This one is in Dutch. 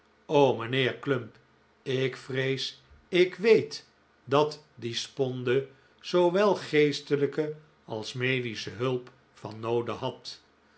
o mijnheer clump ik vrees ik weet dat die sponde zoowel geestelijke als medische hulp van noode had